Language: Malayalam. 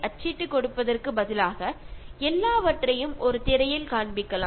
അല്ലാതെ 50 പേജുള്ള ഒരു മെറ്റീരിയൽ 40 കോപ്പിയെടുത്ത് എല്ലാവർക്കും കൊടുക്കേണ്ട കാര്യമില്ല